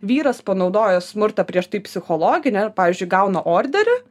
vyras panaudojęs smurtą prieš tai psichologinę pavyzdžiui gauna orderį